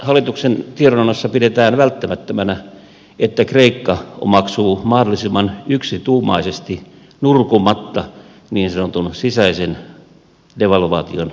hallituksen tiedonannossa pidetään välttämättömänä että kreikka omaksuu mahdollisimman yksituumaisesti nurkumatta niin sanotun sisäisen devalvaation politiikan